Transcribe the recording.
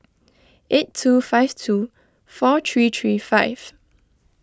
eight two five two four three three five